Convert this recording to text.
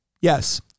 Yes